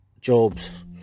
jobs